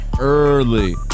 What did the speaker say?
early